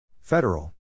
Federal